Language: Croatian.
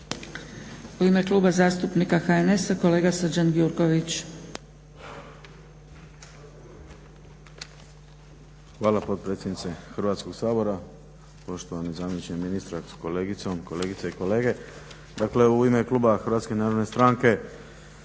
U ime Kluba zastupnika HNS-a kolega Srđan Gjurković.